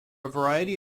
variety